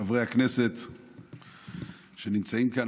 חברי הכנסת שנמצאים כאן,